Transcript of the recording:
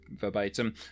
verbatim